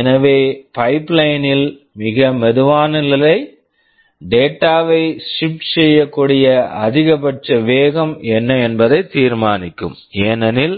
எனவே pipeline pipeline னில் மிக மெதுவான நிலை டேட்டா data வை ஷிப்ட் shift செய்யக்கூடிய அதிகபட்ச வேகம் என்ன என்பதை தீர்மானிக்கும் ஏனெனில்